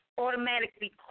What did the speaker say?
automatically